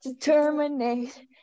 Terminate